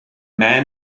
man